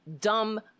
dumb